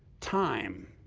time,